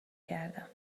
کردم